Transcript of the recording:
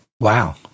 Wow